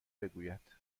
بگوید